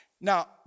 Now